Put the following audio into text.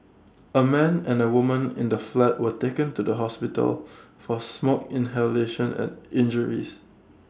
A man and A woman in the flat were taken to the hospital for smoke inhalation and injuries